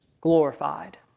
glorified